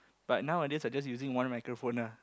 but nowadays I just using one microphone ah